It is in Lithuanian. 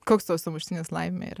koks tavo sumuštinis laimė yra